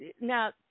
now